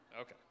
okay